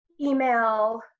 email